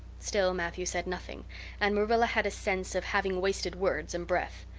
still matthew said nothing and marilla had a sense of having wasted words and breath.